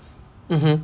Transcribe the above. mmhmm